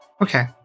Okay